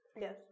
Yes